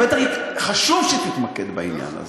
חשוב שתתמקד בעניין הזה,